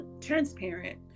transparent